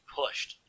pushed